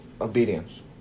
obedience